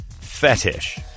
Fetish